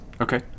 Okay